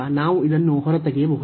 ನಾವು ಇದನ್ನು ಹೊರತೆಗೆಯಬಹುದು